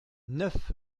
neuf